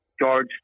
George